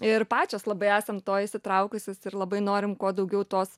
ir pačios labai esam to įsitraukusios ir labai norim kuo daugiau tos